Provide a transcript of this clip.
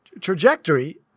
trajectory